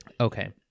Okay